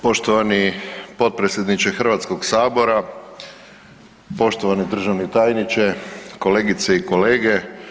Poštovani potpredsjedniče Hrvatskog sabora, poštovani državni tajniče, kolegice i kolege.